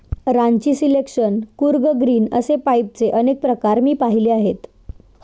Ranchi selection, Coorg green असे पपईचे अनेक प्रकार मी पाहिले आहेत